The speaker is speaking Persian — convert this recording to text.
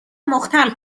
مختل